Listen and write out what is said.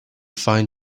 fine